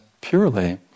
purely